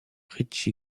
richie